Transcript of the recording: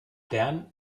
bern